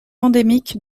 endémiques